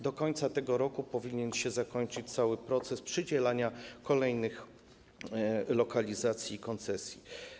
Do końca tego roku powinien się zakończyć cały proces przydzielania kolejnych lokalizacji i koncesji.